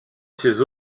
ses